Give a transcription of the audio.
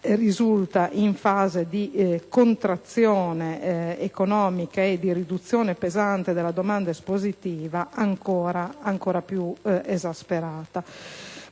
in una fase di contrazione economica e di riduzione pesante della domanda espositiva, risulta ancora più esasperato.